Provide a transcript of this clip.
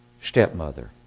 stepmother